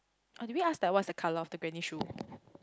orh did we ask that what is the colour of the granny shoe